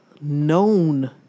Known